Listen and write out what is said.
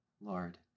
Lord